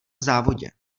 závodě